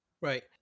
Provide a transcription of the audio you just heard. Right